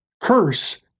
curse